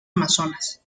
amazonas